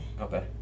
Okay